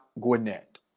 Gwinnett